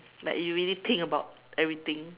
like you really think about everything